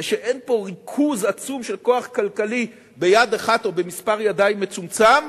ושאין בו ריכוז עצום של כוח כלכלי ביד אחת או במספר ידיים מצומצם,